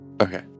Okay